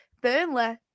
Burnley